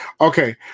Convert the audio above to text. Okay